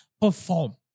perform